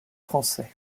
français